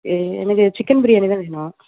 எ எனக்கு சிக்கன் பிரியாணி தான் வேணும்